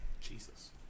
Jesus